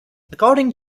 according